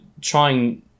trying